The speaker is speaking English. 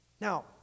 Now